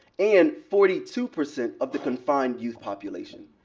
and forty two percent of the confined youth population.